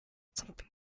something